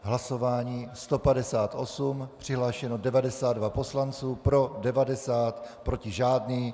Hlasování 158, přihlášeno 92 poslanců, pro 90, proti žádný.